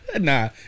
Nah